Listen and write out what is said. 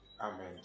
Amen